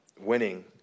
winning